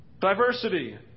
Diversity